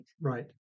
Right